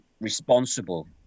responsible